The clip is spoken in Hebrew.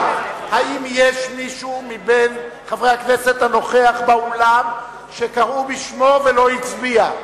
האם יש מישהו מבין חברי הכנסת הנוכח באולם וקראו בשמו ולא הצביע?